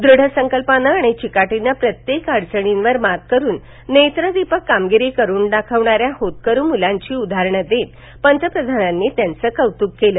दृढसंकल्पाने आणि चिकाटीने प्रत्येक अडचणींवर मात करून नेत्रदीपक कामगिरी करून दाखवणाऱ्या होतकरू मुलांची उदाहरणं देत पंतप्रधानांनी त्यांचं कौतुक केलं